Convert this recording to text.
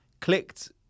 clicked